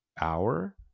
hour